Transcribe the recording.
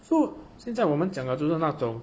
so 现在我们讲的就是那种